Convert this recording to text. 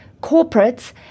corporates